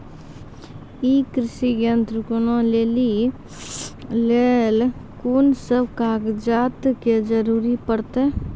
ई कृषि यंत्र किनै लेली लेल कून सब कागजात के जरूरी परतै?